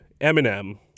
Eminem